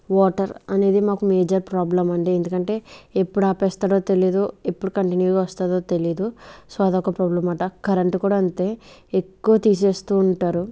water అనేది మాకు major problem అండి ఎందుకంటే ఎప్పుడు ఆపేస్తాడో తెలియదు ఎప్పుడు కంటిన్యూగా వస్తుందో తెలియేదు సో అదొక ప్రాబ్లం అనమాట కరెంటు కూడా అంతే ఎక్కువ తీసేస్తూ ఉంటారు